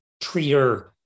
treater